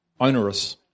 onerous